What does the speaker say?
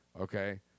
Okay